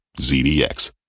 ZDX